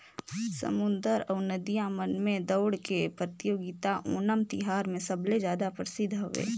समुद्दर अउ नदिया मन में दउड़ के परतियोगिता ओनम तिहार मे सबले जादा परसिद्ध हवे